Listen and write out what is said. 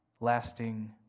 lasting